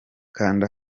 kanda